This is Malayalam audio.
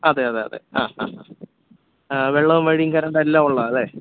അതെയതെയതെ ആ ആ വെള്ളവും വഴിയും കറണ്ടെല്ലാം ഉള്ളതാണല്ലേ